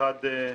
אחת,